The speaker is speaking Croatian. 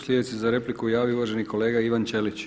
Sljedeći se za repliku javio uvaženi kolega Ivan Ćelić.